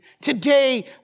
Today